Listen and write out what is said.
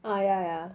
oh yeah yeah